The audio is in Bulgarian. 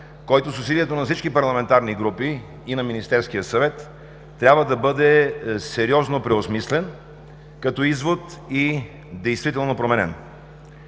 който с усилията на всички парламентарни групи и на Министерския съвет, трябва да бъде сериозно преосмислен като извод и действително променен.